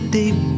deep